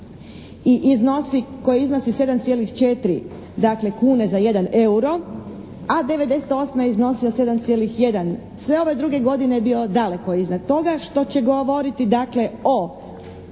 tečaj koji iznosi 7,4 kune za 1 euro, a '98. je iznosio 7,1. Sve ove druge godine je bio daleko iznad toga što će govoriti